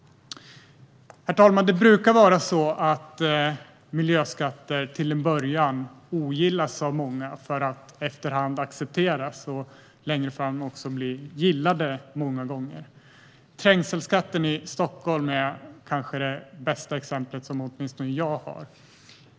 Herr talman! Miljöskatter brukar till en början ogillas av många, men efter hand brukar de accepteras och längre fram också många gånger gillas. Trängselskatten i Stockholm är kanske det bästa exempel som åtminstone jag har.